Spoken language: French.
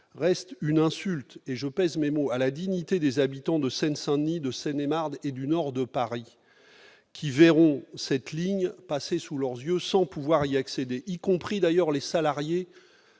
reste une insulte- je pèse mes mots -à la dignité des habitants de Seine-Saint-Denis, de Seine-et-Marne et du nord de Paris, qui verront cette ligne passer sous leurs yeux sans pouvoir y accéder. C'est même le cas des salariés